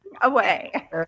Away